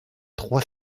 trois